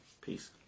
Peace